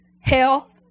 health